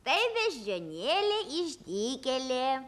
tai beždžionėlė išdykėlė